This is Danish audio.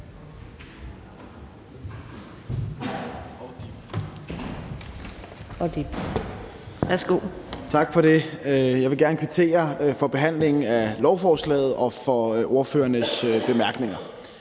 Tak for det. Jeg vil gerne kvittere for behandlingen af lovforslaget, for ordførernes bemærkninger